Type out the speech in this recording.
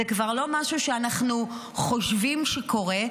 זה כבר לא משהו שאנחנו חושבים שקורה,